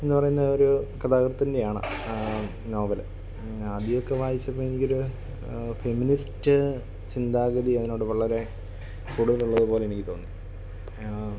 എന്ന് പറയുന്നൊരു കഥാ കൃത്തിന്റെയാണ് ആ നോവല് ആദ്യമൊക്കെ വായിച്ചപ്പോൾ എനിക്കൊരു ഫെമിനിസ്റ്റ് ചിന്താഗതി അതിനോട് വളരെ കൂടുതലുള്ളത് പോലെനിക്ക് തോന്നി